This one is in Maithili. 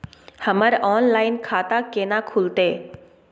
हमर ऑनलाइन खाता केना खुलते?